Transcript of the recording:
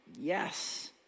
yes